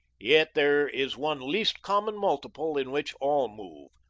yet there is one least common multiple in which all move.